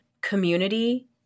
community